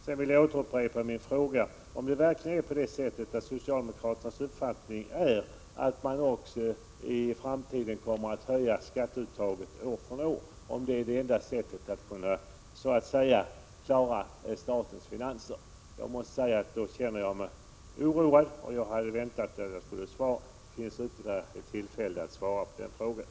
Jag vill också återupprepa frågan om socialdemokraternas uppfattning verkligen är den att man i framtiden skall höja skatteuttaget år från år och om detta anses vara enda sättet att klara statens finanser. I så fall känner jag mig oroad. Det finns ytterligare ett tillfälle att svara på den frågan.